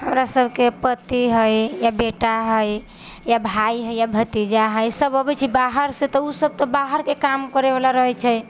हमरा सभके पति है एक बेटा है भाइ है भतीजा है सभ अबै छै बाहरसँ तऽ उ सभ तऽ बाहरके काम करैवला रहै छै